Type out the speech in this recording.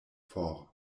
for